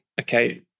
Okay